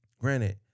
Granted